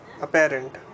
Apparent